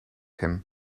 him